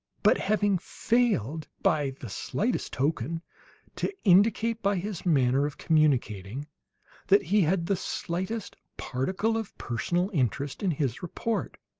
but having failed by the slightest token to indicate, by his manner of communicating that he had the slightest particle of personal interest in his report.